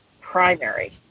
primary